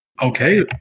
Okay